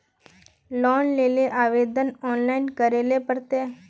Loan लेले आवेदन online करे ले पड़ते?